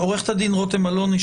עו"ד רותם אלוני,